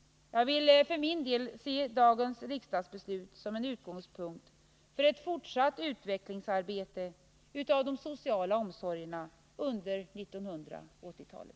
Jag vill för min del se dagens riksdagsbeslut som en utgångspunkt för ett fortsatt utvecklingsarbete med de sociala omsorgerna under 1980-talet.